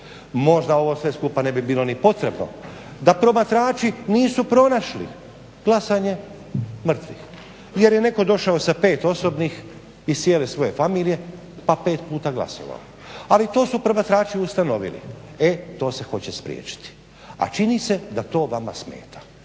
Možda ovo sve skupa ne bi bilo ni potrebno da promatrači nisu pronašli glasanje mrtvih jer je netko došao sa pet osobnih iz cijele svoje familije pa pet puta glasovao, ali to su promatrači ustanovili. E to se hoće spriječiti, a čini se da to vama smeta